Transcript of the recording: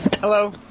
Hello